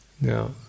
now